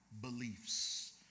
beliefs